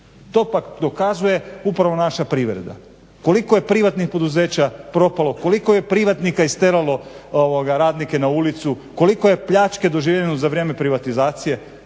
To pak dokazuje upravo naša privrede. Koliko je privatnih poduzeća propalo? Koliko je privatnika isteralo radnike na ulicu, koliko je pljačke doživljeno za vrijeme privatizacije?